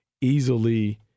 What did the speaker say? easily